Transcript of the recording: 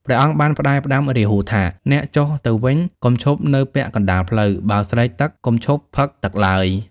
ព្រះអង្គបានផ្ដែផ្ដាំរាហូថា "អ្នកចុះទៅវិញ កុំឈប់នៅពាក់កណ្ដាលផ្លូវ បើស្រេកទឹក កុំឈប់ផឹកទឹកឡើយ"។